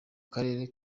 karere